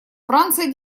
франция